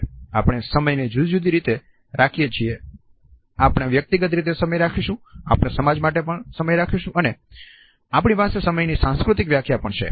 આપણે સમય ને જુદી જુદી રીતે રાખીએ છીએ આપણે વ્યક્તિગત રીતે સમય રાખીશું આપણે સમાજ માટે પણ સમય ને રાખીશું અને આપણી પાસે સમયની સાંસ્કૃતિક વ્યાખ્યા પણ છે